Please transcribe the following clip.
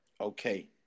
Okay